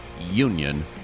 Union